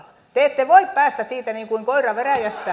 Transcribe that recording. te ette voi päästä siitä niin kuin koira veräjästä